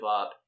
up